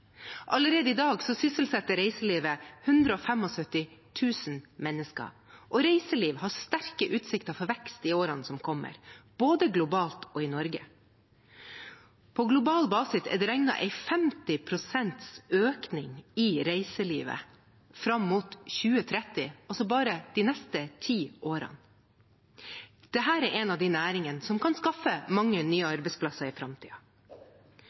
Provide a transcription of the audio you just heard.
Allerede i dag sysselsetter reiselivet 175 000 mennesker, og reiseliv har sterke utsikter for vekst i årene som kommer, både globalt og i Norge. På global basis er det regnet en 50 pst. økning i reiselivet fram mot 2030, altså bare de neste ti årene. Dette er en av de næringene som kan skaffe mange nye arbeidsplasser i